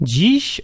Dziś